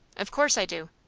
of course i do.